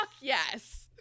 yes